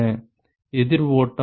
எதிர் ஓட்டம்